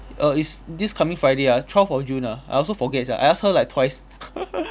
err it's this coming friday ah twelve of june ah I also forget sia I asked her like twice